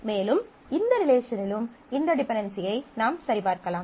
மேலும் இந்த ரிலேஷனிலும் இந்த டிபென்டென்சியை நாம் சரிபார்க்கலாம்